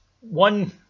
one